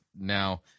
now